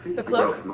the cloak?